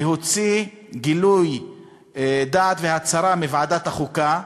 גילוי דעת והצהרה מוועדת החוקה,